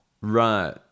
Right